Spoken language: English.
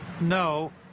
No